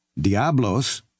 Diablos